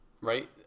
right